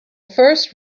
first